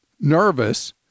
nervous